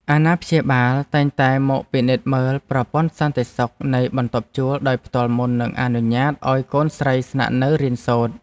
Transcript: អាណាព្យាបាលតែងតែមកពិនិត្យមើលប្រព័ន្ធសន្តិសុខនៃបន្ទប់ជួលដោយផ្ទាល់មុននឹងអនុញ្ញាតឱ្យកូនស្រីស្នាក់នៅរៀនសូត្រ។